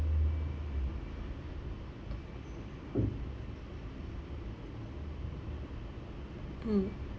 mm